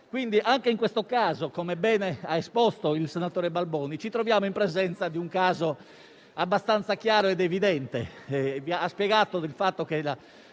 entrato in quest'Aula. Come bene ha esposto il senatore Balboni, ci troviamo in presenza di un caso abbastanza chiaro ed evidente.